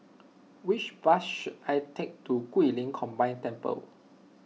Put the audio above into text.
which bus should I take to Guilin Combined Temple